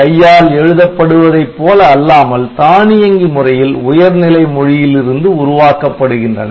கையால் எழுதப் படுவதைப் போல அல்லாமல் தானியங்கி முறையில் உயர் நிலை மொழியிலிருந்து உருவாக்கப்படுகின்றன